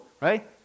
right